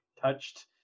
touched